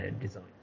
design